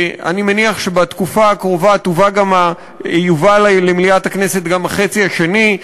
אני מניח שבתקופה הקרובה יובא למליאת הכנסת גם החצי השני,